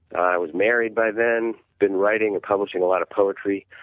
i was married by then, been writing and publishing a lot of poetry,